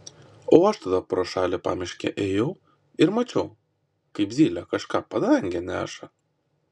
o aš tada pro šalį pamiške ėjau ir mačiau kaip zylė kažką padange neša